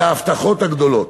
זה ההבטחות הגדולות: